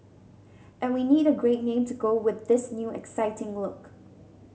and we need a great name to go with this new exciting look